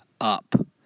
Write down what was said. up